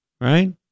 Right